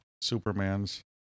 superman's